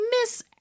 Miss